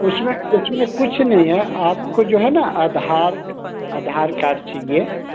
उसमें उसमें कुछ नहीं है आपको जो है ना आधार आधार कार्ड चाहिये